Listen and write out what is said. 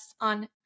on